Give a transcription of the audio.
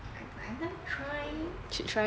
I plan then trying to try